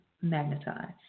magnetized